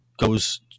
goes